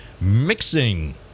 mixing